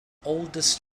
oldest